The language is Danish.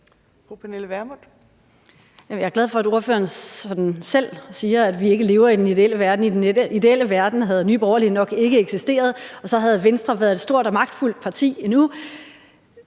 Jeg er glad for, at ordføreren sådan selv siger, at vi ikke lever i den ideelle verden, for i den ideelle verden havde Nye Borgerlige nok ikke eksisteret, og så havde Venstre været et stort og magtfuld parti endnu.